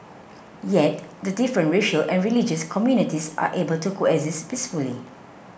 yet the different racial and religious communities are able to coexist peacefully